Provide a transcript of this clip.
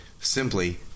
simply